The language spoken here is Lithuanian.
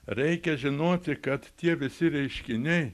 reikia žinoti kad tie visi reiškiniai